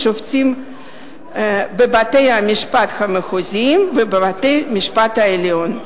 שופטים בבתי-המשפט המחוזיים ובבית-המשפט העליון.